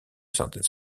synthèse